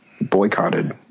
boycotted